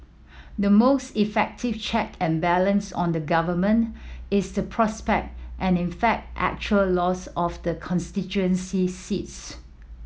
the most effective check and balance on the Government is the prospect and in fact actual loss of the constituency seats